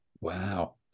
Wow